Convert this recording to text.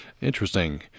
Interesting